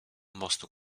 mostu